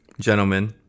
gentlemen